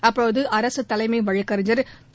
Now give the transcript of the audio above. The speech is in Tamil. அப்போது அரசு தலைமை வழக்கறிஞர் திரு